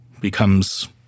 becomes